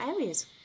areas